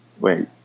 wait